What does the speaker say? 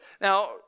Now